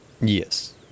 Yes